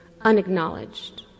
unacknowledged